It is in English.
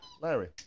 Larry